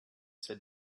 said